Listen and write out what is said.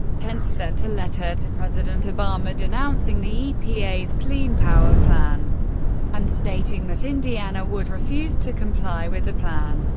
pence sent a letter to president obama denouncing the epa's clean power plan and stating that indiana would refuse to comply with the plan.